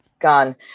gone